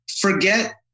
Forget